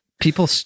people